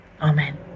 amen